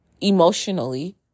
emotionally